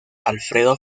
alfredo